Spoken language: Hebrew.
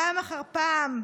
פעם אחר פעם,